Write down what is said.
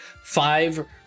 five